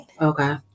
Okay